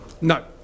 No